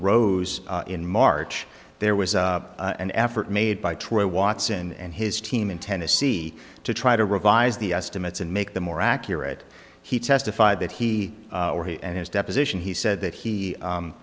rose in march there was an effort made by troy watson and his team in tennessee to try to revise the estimates and make the more accurate he testified that he or he and his deposition he said that he